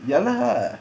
ya lah